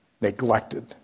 neglected